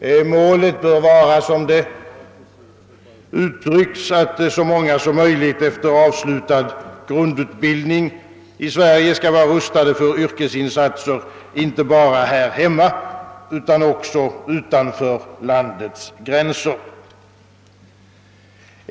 Målet bör vara, som det uttrycks, att så många som möjligt efter avslutad grundutbildning i Sverige skall vara rustade för yrkesinsatser inte bara här hemma utan också utanför landets gränser.